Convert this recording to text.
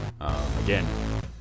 again